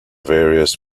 various